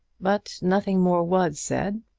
but nothing more was said,